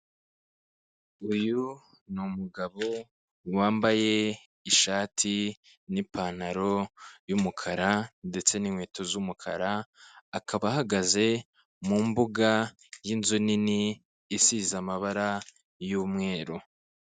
Uyu ni umugabo wambaye ishati nipantaro y'umukara ndetse n'inkweto z'umukara akaba ahagaze mu mbuga y'inzu nini isize amabara y'umweru.